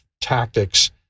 tactics